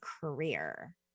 career